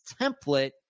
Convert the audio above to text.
template